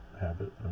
habit